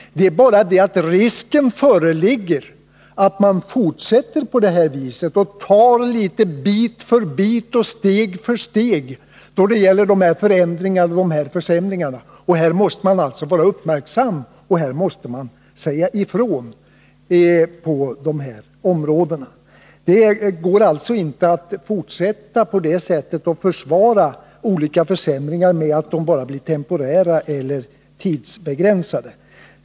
Det är bara det att risken föreligger att man fortsätter på det här viset och tar bit för bit och steg för steg då det gäller försämringar. På det här området måste man vara uppmärksam och säga ifrån. Det går inte att försvara olika försämringar med att hänvisa till att de bara är tidsbegränsade.